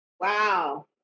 Wow